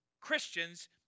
Christians